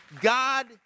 God